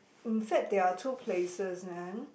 in fact there are two places man